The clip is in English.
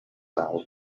lowell